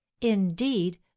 indeed